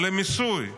במיסוי.